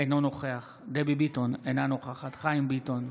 אינו נוכח דבי ביטון, אינה נוכחת חיים ביטון,